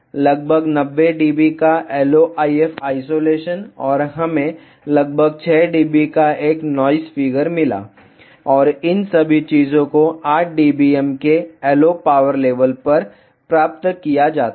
लगभग 90 dB का LO IF isolation और हमें लगभग 6 dB का एक नॉइस फिगर मिला और इन सभी चीजों को 8 dBm के LO पावर लेवल पर प्राप्त किया जाता है